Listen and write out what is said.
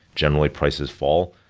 generally, prices fall.